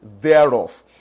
thereof